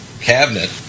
cabinet